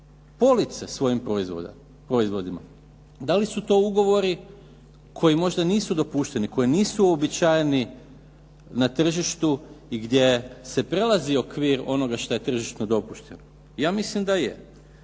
police svojim proizvodima. Da li su to ugovori koji možda nisu dopušteni, koji nisu uobičajeni na tržištu i gdje se prelazi okvir onoga šta je tržišno dopušteno? Ja mislim da je.